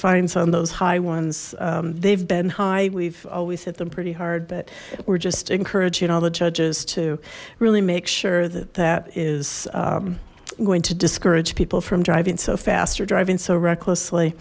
fines on those high ones they've been high we've always hit them pretty hard but we're just encouraging all the judges to really make sure that that is going to discourage people from driving so fast or driving so recklessly